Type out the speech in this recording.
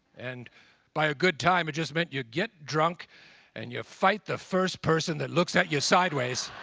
and by a good time, it just meant you get drunk and you fight the first person that looks at you sideways.